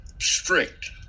strict